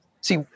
see